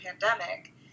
pandemic